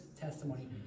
testimony